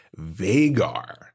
Vagar